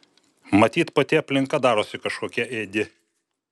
matyt pati aplinka darosi kažkokia ėdi